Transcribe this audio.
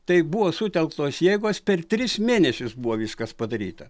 tai buvo sutelktos jėgos per tris mėnesius buvo viskas padaryta